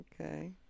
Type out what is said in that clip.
Okay